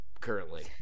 currently